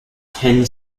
ten